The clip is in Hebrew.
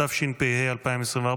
התשפ"ה 2024,